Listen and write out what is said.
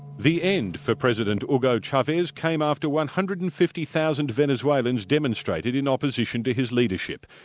the end for president hugo chavez came after one hundred and fifty thousand venezuelans demonstrated in opposition to his leadership.